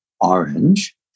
orange